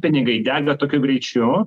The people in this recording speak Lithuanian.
pinigai dega tokiu greičiu